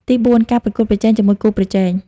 ទីបួន ការប្រកួតប្រជែងជាមួយគូប្រជែង។